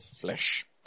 flesh